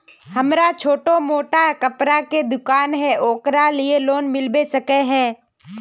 हमरा छोटो मोटा कपड़ा के दुकान है ओकरा लिए लोन मिलबे सके है?